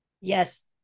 yes